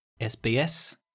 SBS